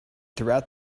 throughout